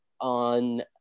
on